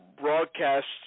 broadcasts